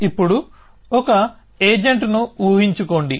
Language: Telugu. ఇప్పుడు ఒక ఏజెంట్ను ఊహించుకోండి